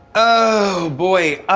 oh boy,